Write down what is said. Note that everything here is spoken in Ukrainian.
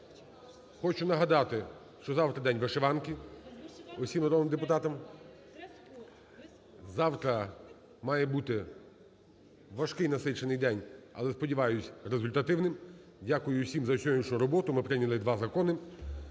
Хочу нагадати, що завтра День вишиванки, усім народним депутатам. Завтра має бути важкий, насичений день, але, сподіваюсь, результативний. Дякую усім за сьогоднішню роботу. Ми прийняли два закони.